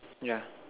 yeah